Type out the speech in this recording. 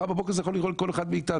מחר בבוקר זה יכול לקרות לכל אחד מאיתנו.